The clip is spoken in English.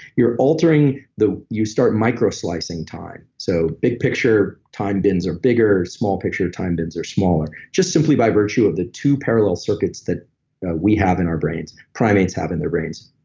you're altering the. you start micro slicing time. so big picture, time bends are bigger, small picture, time bends are smaller. just simply by virtue of the two parallel circuits that we have in our brains. primates have in their brains.